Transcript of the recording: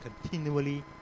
continually